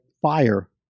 fire